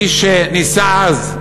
מי שניסה אז,